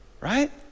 right